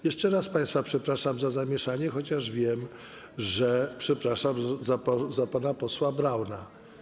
Jeszcze raz państwa przepraszam za zamieszanie, chociaż wiem, że przepraszam za pana posła Brauna.